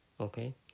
Okay